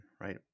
right